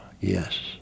yes